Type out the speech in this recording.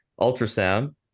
ultrasound